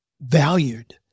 valued